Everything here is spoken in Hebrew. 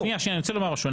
אני רוצה לומר משהו.